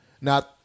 Now